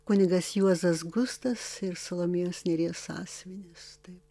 kunigas juozas gustas ir salomėjos nėries sąsiuvinis taip